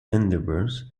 endeavors